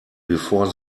before